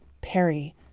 Perry